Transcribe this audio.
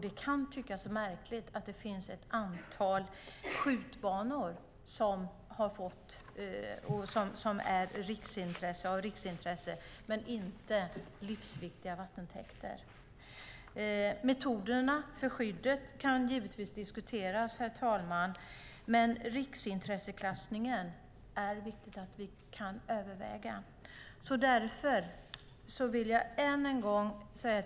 Det kan tyckas märkligt att ett antal skjutbanor har riksintresse men inte livsviktiga vattentäkter. Metoderna för skyddet kan givetvis diskuteras, men det är viktigt att överväga riksintresseklassningen.